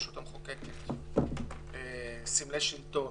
הרשות המחוקקת, סמלי שלטון,